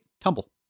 Tumble